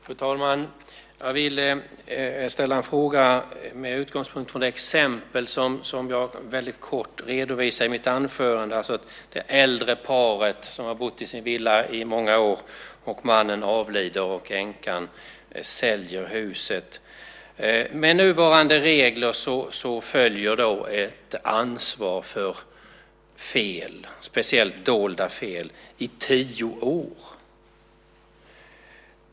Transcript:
Fru talman! Jag vill ställa en fråga med utgångspunkt från det exempel som jag väldigt kort redovisade i mitt anförande med det äldre paret som har bott i sin villa i många år, mannen avlider och änkan säljer huset. Med nuvarande regler följer ett ansvar för fel, speciellt dolda fel, i tio år.